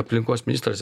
aplinkos ministras